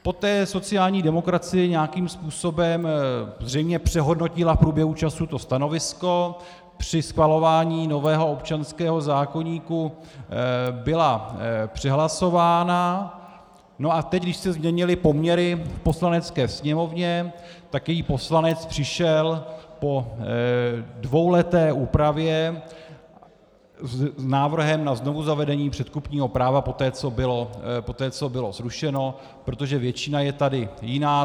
Poté sociální demokracie nějakým způsobem zřejmě přehodnotila v průběhu času to stanovisko, při schvalování nového občanského zákoníku byla přehlasována a teď, když se změnily poměry v Poslanecké sněmovně, tak její poslanec přišel po dvouleté úpravě s návrhem na znovuzavedení předkupního práva poté, co bylo zrušeno, protože většina je tady jiná.